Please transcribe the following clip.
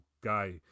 guy